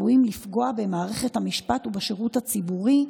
שצפויים לפגוע במערכת המשפט ובשירות הציבורי,